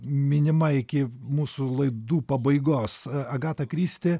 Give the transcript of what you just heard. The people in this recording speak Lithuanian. minima iki mūsų laidų pabaigos agata kristi